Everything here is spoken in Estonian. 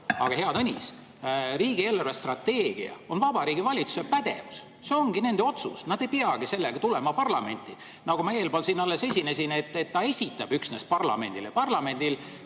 Aga, hea Tõnis, riigi eelarvestrateegia on Vabariigi Valitsuse pädevus, see ongi nende otsus, nad ei peagi sellega tulema parlamenti. Nagu ma siin alles [ütlesin], ta üksnes esitab selle parlamendile.